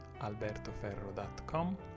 albertoferro.com